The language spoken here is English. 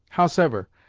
howsever,